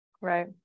Right